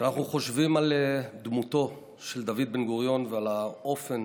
כשאנחנו חושבים על דמותו של דוד בן-גוריון ועל האופן